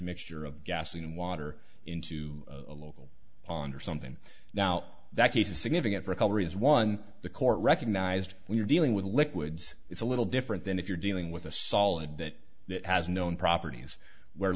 mixture of gasoline and water into a local pond or something now that he's a significant recovery is one the court recognized when you're dealing with liquids it's a little different than if you're dealing with a solid that that has known properties where